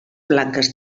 blanques